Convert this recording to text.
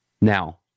Now